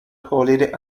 holiday